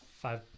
five